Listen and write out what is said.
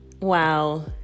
Wow